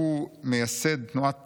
שהוא מייסד תנועת תיקון,